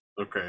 okay